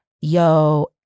yo